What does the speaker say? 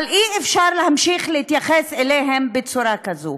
אבל אי-אפשר להמשיך להתייחס אליהם בצורה כזאת.